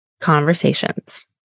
conversations